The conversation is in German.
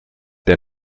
der